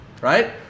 Right